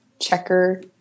checker